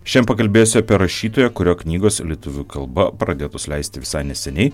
šiandien pakalbėsiu apie rašytoją kurio knygos lietuvių kalba pradėtos leisti visai neseniai